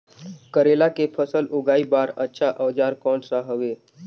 करेला के फसल उगाई बार अच्छा औजार कोन सा हवे?